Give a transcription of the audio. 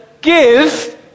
give